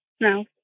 no